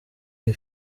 iyi